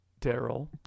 Daryl